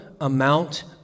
amount